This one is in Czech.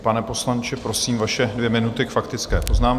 Pane poslanče, prosím, vaše dvě minuty k faktické poznámce.